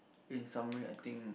in summary I think